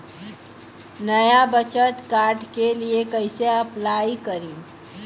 नया बचत कार्ड के लिए कइसे अपलाई करी?